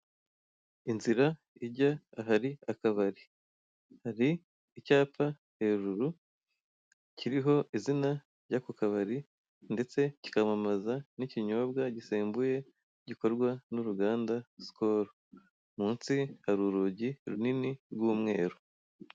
Inzira ijya ahari akabari. Hari icyapa hejuru, kiriho izina ry'ako kabari, ndetse kikamamaza n'ikinyobwa gisembuye gikorwa n'uruganda Sikoro. Munsi hari urugi runini, rw'umweru.